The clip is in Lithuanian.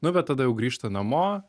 nu bet tada jau grįžta namo